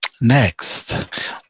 next